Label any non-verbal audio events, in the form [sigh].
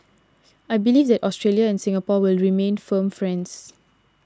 I believe that [noise] Australia and Singapore will remain firm friends